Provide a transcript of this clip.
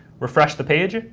refresh the page.